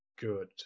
good